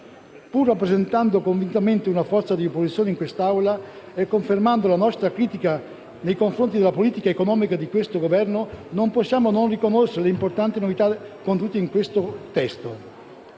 Pur rappresentando convintamente una forza di opposizione in quest'Aula e confermando la nostra critica nei confronti della politica economica di questo Governo, non possiamo non riconoscere le importanti novità contenute in questo testo.